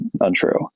untrue